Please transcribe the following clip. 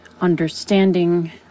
understanding